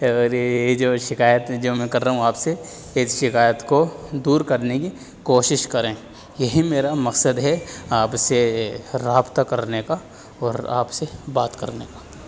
ارے یہ جو شکایت جو میں کر رہا ہوں آپ سے اس شکایت کو دور کرنے کی کوشش کریں یہی میرا مقصد ہے آپ سے رابطہ کرنے کا اور آپ سے بات کرنے کا